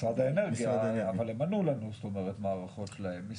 משרד האנרגיה, אבל הם ענו לנו מה ההערכות שלהם.